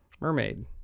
Mermaid